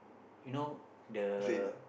you know the